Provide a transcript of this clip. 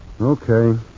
Okay